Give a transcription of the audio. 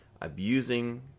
abusing